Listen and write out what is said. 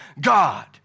God